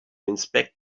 inspect